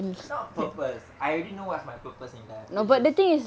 not purpose I already know what's my purpose in life